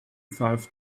five